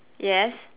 yes